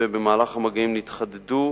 ובמהלך המגעים נתחדדו